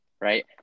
Right